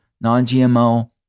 non-GMO